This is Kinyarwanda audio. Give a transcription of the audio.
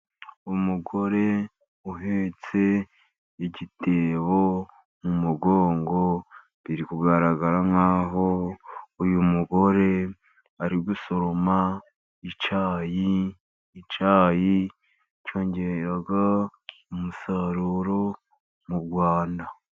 Umugore uhetse igitebo mu mugongo, biri kugaragara nk'aho uyu mugore ari gusoroma icyayi. Icyayi cyongera umusaruro mu Rwanda.